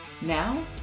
Now